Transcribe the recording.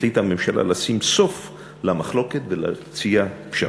החליטה הממשלה לשים סוף למחלוקת ולהציע פשרה.